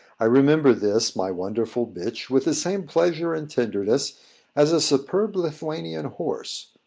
i remember this, my wonderful bitch, with the same pleasure and tenderness as a superb lithuanian horse,